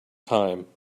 time